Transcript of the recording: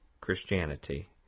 Christianity